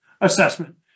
assessment